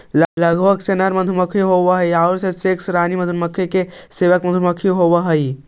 लगभग सौ नर मधुमक्खी होवऽ हइ आउ शेष रानी मधुमक्खी के सेवक मधुमक्खी होवऽ हइ